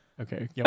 Okay